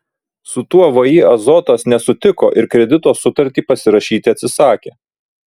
su tuo vį azotas nesutiko ir kredito sutartį pasirašyti atsisakė